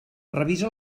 revisa